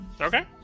Okay